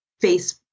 Face